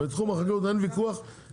אבל בתחום החקלאות אין ויכוח על כך